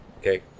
Okay